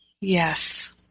yes